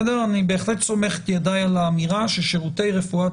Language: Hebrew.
אני בהחלט סומך את ידיי על האמירה ששירותי רפואת